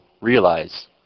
realize